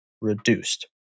reduced